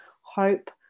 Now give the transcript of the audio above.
hope